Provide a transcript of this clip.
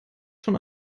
schon